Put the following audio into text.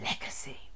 legacy